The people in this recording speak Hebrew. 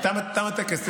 תם הטקס.